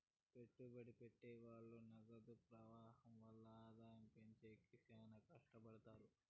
పెట్టుబడి పెట్టె వాళ్ళు నగదు ప్రవాహం వల్ల ఆదాయం పెంచేకి శ్యానా కట్టపడుతారు